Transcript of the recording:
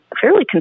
fairly